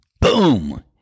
Boom